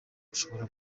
bishobora